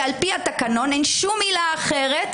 ועל פי התקנון אין שום עילה אחרת